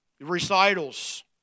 Recitals